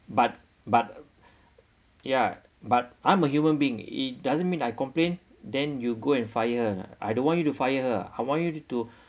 but but ya but I'm a human being it doesn't mean I complain then you go and fire her I don't want you to fire her I want you to